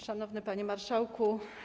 Szanowny Panie Marszałku!